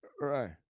Right